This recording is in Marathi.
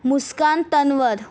मुस्कान तनवद